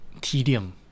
tedium